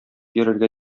йөрергә